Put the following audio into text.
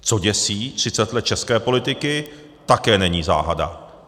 Co děsí třicet let české politiky, také není záhada.